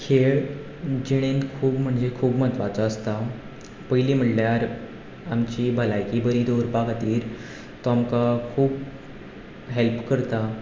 खेळ जिणेंत खूब म्हणजे खूब म्हत्वाचो आसता पयलीं म्हणल्यार आमची भलायकी बरी दवरपा खातीर तो आमकां खूब हॅल्प करता